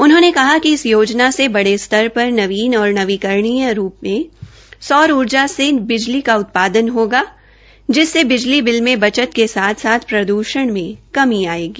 उन्होंने कहा कि इस योजना से बड़े स्तर पर नवीन और नवीकरणीय रूप में सौर ऊर्जा से बिजली का उत्पादन होगा जिससे बिजली बिला में बचत के साथ प्रदूषण में कमी आयेगी